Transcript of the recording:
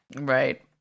Right